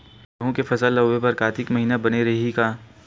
गेहूं के फसल ल बोय बर कातिक महिना बने रहि का?